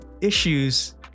issues